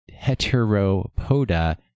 Heteropoda